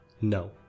No